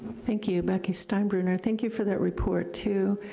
thank you, becky steinbruner, thank you for that report, too,